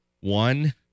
One